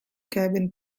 cabin